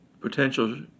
potential